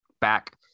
back